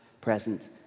present